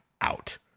out